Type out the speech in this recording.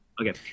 Okay